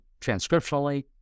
transcriptionally